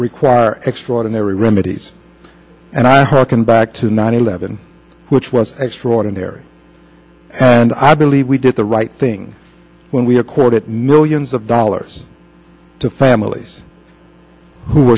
require extraordinary remedies and i harken back to nine eleven which was extraordinary and i believe we did the right thing when we accord it no use of dollars to families who